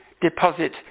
deposit